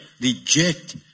reject